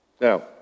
Now